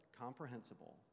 comprehensible